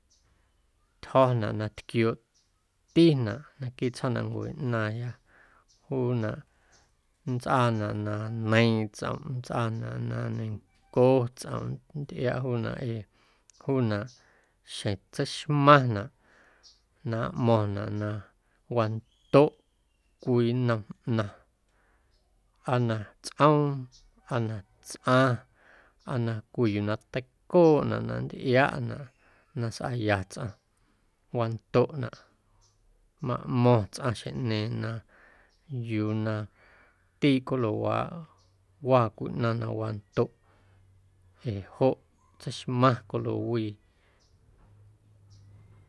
Ntyjo̱naꞌ na tquiooꞌtinaꞌ naquiiꞌ tsjoomnancue ꞌnaaⁿya juunaꞌ nntsꞌaanaꞌ na neiiⁿꞌ tsꞌomꞌ nntsꞌaanaꞌ na neiⁿnco tsꞌomꞌ nntꞌiaꞌ juunaꞌ ee juunaꞌ xjeⁿ tseixmaⁿnaꞌ na nꞌmo̱ⁿnaꞌ na wandoꞌ cwii nnom ꞌnaⁿ aa na tsꞌoom aa na tsꞌaⁿ aa na cwii yuu na teicooꞌnaꞌ na nntꞌiaꞌnaꞌ na sꞌaaya tsꞌaⁿ wandoꞌnaꞌ maꞌmo̱ⁿ tsꞌaⁿ xjeⁿꞌñeeⁿ na yuu na ndiiꞌ colowaaꞌ waa cwii ꞌnaⁿ na wandoꞌ ee joꞌ tseixmaⁿ colo wii.